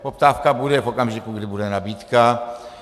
Poptávka bude v okamžiku, kdy bude nabídka.